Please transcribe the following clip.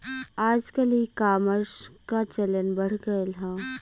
आजकल ईकामर्स क चलन बढ़ गयल हौ